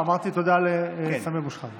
לא, לא, אמרתי תודה לסמי אבו שחאדה.